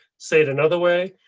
say it another way.